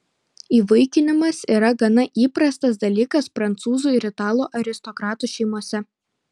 įvaikinimas yra gana įprastas dalykas prancūzų ir italų aristokratų šeimose